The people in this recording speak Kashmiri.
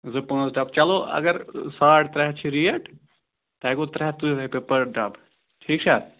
زٕ پانٛژ ڈَبہٕ چلو اَگر ساڑ ترٛےٚ ہَتھ چھِ ریٹ تۄہہِ گوٚو ترٛےٚ ہَتھ تٕرٛہ رۄپیہِ پٔر ڈَبہٕ ٹھیٖک چھا